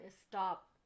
Stop